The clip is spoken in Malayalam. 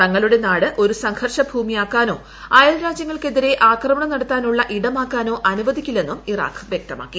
തങ്ങളുടെ നാട് ഒരു സംഘർഷ ഭൂമിയാക്കാനോ അയൽരാജ്യങ്ങൾക്കെതിരെ ആക്രമണം നടത്താനുള്ള ഇടമാക്കാനോ അനുവദിക്കില്ലെന്നും ഇറാഖ് വ്യക്തമാക്കി